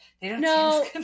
no